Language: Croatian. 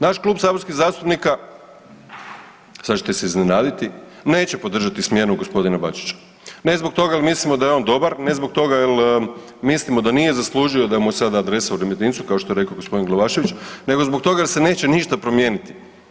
Naš Klub saborskih zastupnika, sada ćete se iznenaditi, neće podržati smjenu gospodina Bačića ne zbog toga jer mislimo da je on dobar, ne zbog toga jel' mislimo da nije zaslužio da mu je sada adresa u Remetincu kao što je rekao gospodin Glavašević, nego zbog toga jer se neće ništa promijeniti.